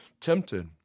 tempted